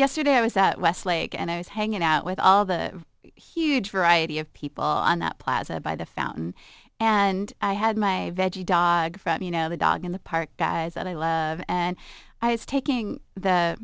yesterday i was at westlake and i was hanging out with all the huge variety of people on that plaza by the fountain and i had my veggie dog you know the dog in the park guys that i love and i was taking now